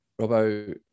Robo